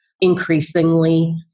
increasingly